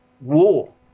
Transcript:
War